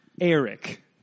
Eric